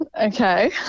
Okay